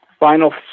Final